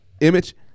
image